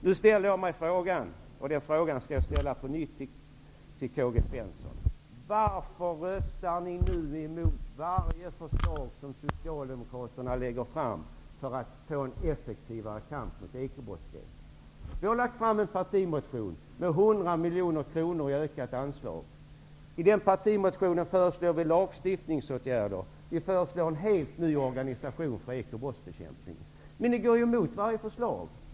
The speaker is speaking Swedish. Jag ställde en fråga, och den skall jag ställa på nytt till Karl-Gösta Svenson: Varför röstar ni emot varje förslag som Socialdemokraterna lägger fram för att få en effektivare kamp mot den ekonomiska brottsligheten? Vi har lagt fram en partimotion där vi föreslår 100 miljoner kronor i ökade anslag. I den partimotionen föreslår vi lagstiftningsåtgärder. Vi föreslår en helt ny organisation för ekobrottsbekämpningen. Men ni går emot varje förslag.